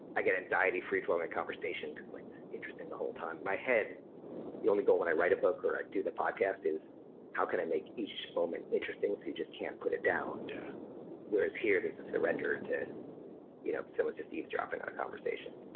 i get anxiety free-flowing conversation because i'm like it's interesting the whole time. my head you only go when i write a book or i do the podcast is how can i make each moment interesting so you just can't put it down, yeah whereas here there's a surrender to you know so someone's just eavesdropping on a conversation